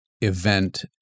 event